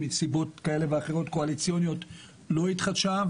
ומסיבות כאלה ואחרות קואליציוניות לא התחדשה,